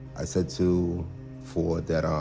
i said to ford that, um